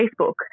Facebook